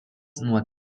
nuo